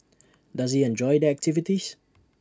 does he enjoy the activities